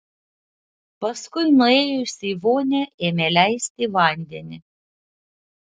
paskui nuėjusi į vonią ėmė leisti vandenį